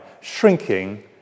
shrinking